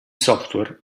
software